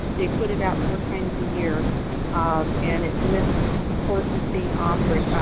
they put it out four times a year and it lists courses being offered.